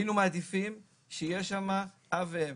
היינו מעדיפים שיהיה שם "אב" ו"אם".